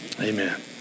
Amen